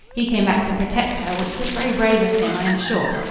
he came back to protect her, which was very brave of him, i am sure.